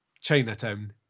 Chinatown